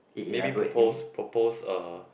maybe propose propose uh